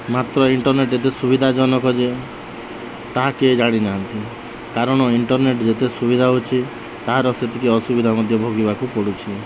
ମାତ୍ର ଇଣ୍ଟରନେଟ୍ ଏତେ ସୁବିଧାଜନକ ଯେ ତାହା କିଏ ଜାଣିନାହାନ୍ତି କାରଣ ଇଣ୍ଟରନେଟ୍ ଯେତେ ସୁବିଧା ହଉଛି ତାହାର ସେତିକି ଅସୁବିଧା ମଧ୍ୟ ଭୋଗିବାକୁ ପଡ଼ୁଛିି